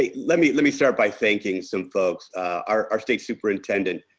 ah let me let me start by thanking some folks. our our state superintendent.